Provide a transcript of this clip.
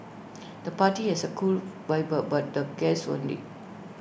the party has A cool vibe but the guests only